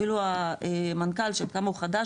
אפילו המנכ"ל שכמה הוא חדש,